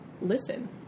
listen